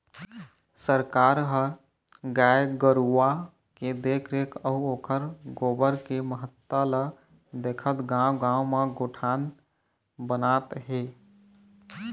सरकार ह गाय गरुवा के देखरेख अउ ओखर गोबर के महत्ता ल देखत गाँव गाँव म गोठान बनात हे